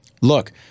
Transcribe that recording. look